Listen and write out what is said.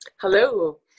Hello